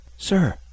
Sir